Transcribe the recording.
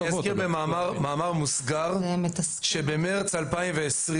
אזכיר במאמר מוסגר שבמרץ 2020,